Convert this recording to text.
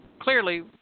Clearly